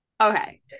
Okay